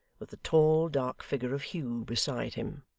with the tall dark figure of hugh beside him.